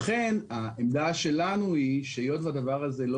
לכן העמדה שלנו היא שהיות והדבר הזה לא